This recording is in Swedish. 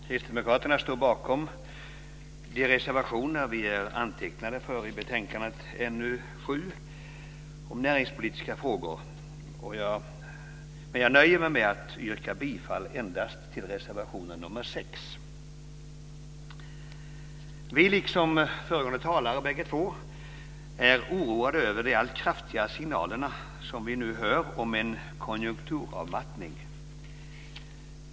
Fru talman! Kristdemokraterna står bakom de reservationer vi är antecknade för i betänkandet NU7 om näringspolitiska frågor. Jag nöjer mig dock med att yrka bifall endast till reservation nr 6. Vi kristdemokrater är liksom föregående talare oroade över de allt kraftigare signaler vi nu hör om en konjunkturavmattning.